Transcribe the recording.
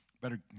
Better